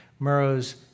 Murrow's